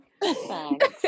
Thanks